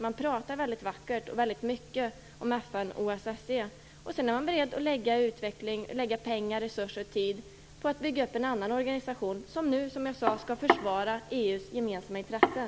Man pratar vackert och mycket om FN och OSSE, och sedan är man beredd att lägga pengar, resurser och tid på att bygga upp en annan organisation som nu skall försvara EU:s gemensamma intressen.